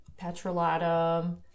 petrolatum